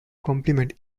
complement